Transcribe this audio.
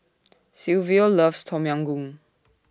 Silvio loves Tom Yam Goong